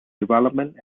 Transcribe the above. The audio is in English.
development